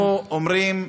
אנחנו אומרים: